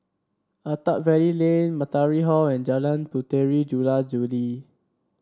Attap Valley Lane Matahari Hall and Jalan Puteri Jula Juli